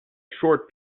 short